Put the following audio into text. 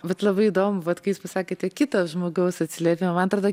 vat labai įdomu vat kai jūs pasakėte kito žmogus atsiliepimą man atrodo